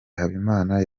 habimana